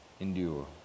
endure